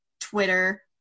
Twitter